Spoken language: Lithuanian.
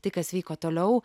tai kas vyko toliau